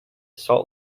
salt